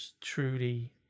truly